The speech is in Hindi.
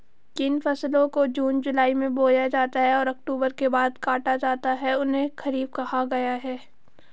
जिन फसलों को जून जुलाई में बोया जाता है और अक्टूबर के बाद काटा जाता है उन्हें खरीफ कहा गया है